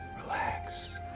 relax